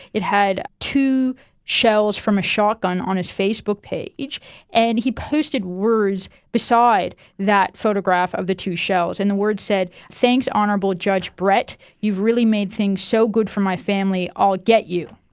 it had two shells from a shotgun on his facebook page, and he posted words beside that photograph of the two shells, and the words said, thanks honourable judge brett, you've really made things so good for my family. i'll get you.